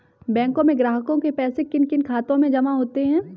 बैंकों में ग्राहकों के पैसे किन किन खातों में जमा होते हैं?